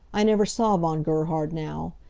i never saw von gerhard now.